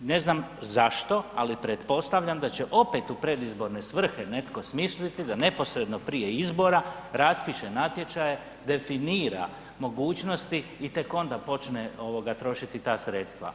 Ne znam zašto, ali pretpostavljam da će opet u predizborne svrhe netko smisliti da neposredno prije izbora raspiše natječaje, definira mogućnosti i tek onda počne trošiti ta sredstva.